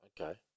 Okay